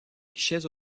guichets